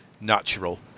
natural